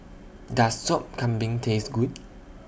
Does Sop Kambing Taste Good